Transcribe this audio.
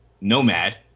Nomad